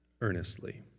earnestly